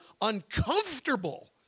uncomfortable